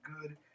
good